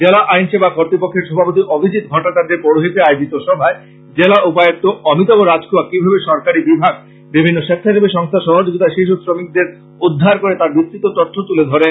জেলা আইন সেবা কর্ত্তপক্ষের সভাপতি অভিজিৎ ভটাচার্যের পৌরহিত্যে আয়োজিত সভায় জেলা উপায়ক্ত অমিতাভ রাজখোয়া কি ভাবে সরকারী বিভাগ বিভিন্ন স্বেচ্ছাসেবী সংস্থার সহযোগীতায় শিশু শ্রমিকদের উদ্ধার করে তার বিস্তৃত তথ্য তোলে ধরেন